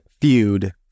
feud